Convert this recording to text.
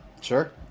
Sure